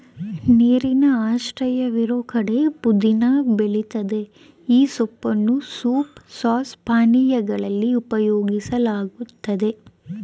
ನೀರಿನ ಆಶ್ರಯವಿರೋ ಕಡೆ ಪುದೀನ ಬೆಳಿತದೆ ಈ ಸೊಪ್ಪನ್ನು ಸೂಪ್ ಸಾಸ್ ಪಾನೀಯಗಳಲ್ಲಿ ಉಪಯೋಗಿಸಲಾಗ್ತದೆ